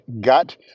gut